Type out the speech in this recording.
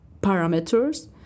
parameters